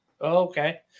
Okay